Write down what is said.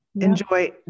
enjoy